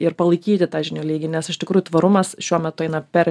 ir palaikyti tą žinių lygį nes iš tikrųjų tvarumas šiuo metu eina per